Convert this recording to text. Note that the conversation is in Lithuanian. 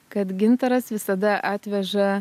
kad gintaras visada atveža